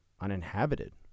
uninhabited